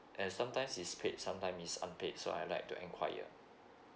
and sometimes is paid sometime is unpaid so I'd like to inquire